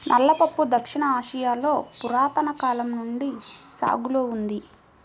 నల్ల పప్పు దక్షిణ ఆసియాలో పురాతన కాలం నుండి సాగులో ఉంది